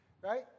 right